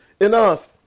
enough